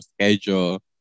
schedule